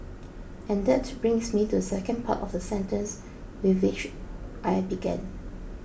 and that brings me to second part of the sentence with which I began